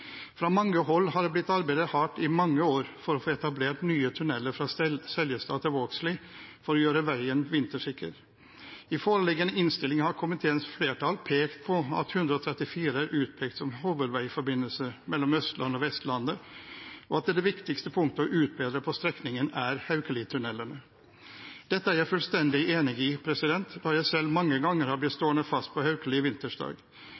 Fra mange hold har det blitt arbeidet hardt i mange år for å få etablert nye tunneler fra Seljestad til Vågsli for å gjøre veien vintersikker. I foreliggende innstilling har komiteens flertall pekt på at E134 er utpekt som hovedveiforbindelse mellom Østlandet og Vestlandet, og at det viktigste punktet å utbedre på strekningen, er Haukeli-tunnelene. Dette er jeg fullstendig enig i, da jeg selv mange ganger har blitt